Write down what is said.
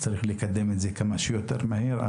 צריך לקדם את זה כמה שיותר מהר.